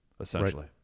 Essentially